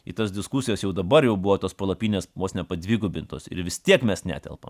į tas diskusijas jau dabar jau buvo tos palapinės vos ne padvigubintos ir vis tiek mes netelpam